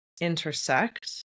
intersect